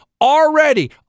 already